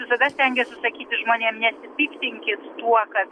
visada stengiuosi sakyti žmonėm nesipiktinkit tuo kad